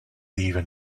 even